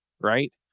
right